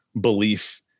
belief